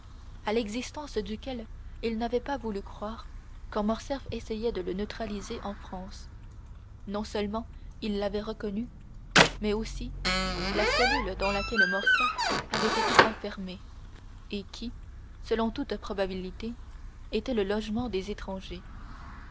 à l'existence duquel il n'avait pas voulu croire quand morcerf essayait de le naturaliser en france non seulement il l'avait reconnu mais aussi la cellule dans laquelle morcerf avait été enfermé et qui selon toute probabilité était le logement des étrangers